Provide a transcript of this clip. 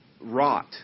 rot